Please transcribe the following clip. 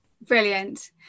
Brilliant